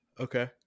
okay